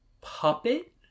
puppet